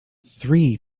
three